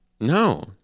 No